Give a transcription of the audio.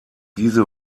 diese